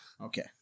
Okay